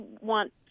want